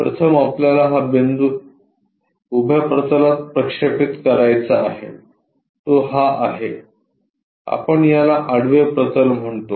प्रथम आपल्याला हा बिंदू उभ्या प्रतलात प्रक्षेपित करायचा आहे तो हा आहे आपण याला आडवे प्रतल म्हणतो